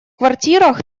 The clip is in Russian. квартирах